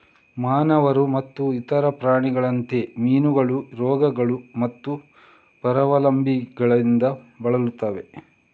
ಮಾನವರು ಮತ್ತು ಇತರ ಪ್ರಾಣಿಗಳಂತೆ, ಮೀನುಗಳು ರೋಗಗಳು ಮತ್ತು ಪರಾವಲಂಬಿಗಳಿಂದ ಬಳಲುತ್ತವೆ